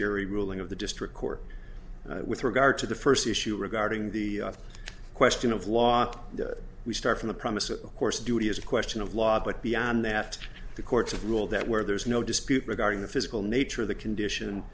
interior ruling of the district court with regard to the first issue regarding the question of law we start from the premises of course duty is a question of law but beyond that the courts have ruled that where there is no dispute regarding the physical nature of the condition